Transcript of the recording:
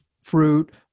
fruit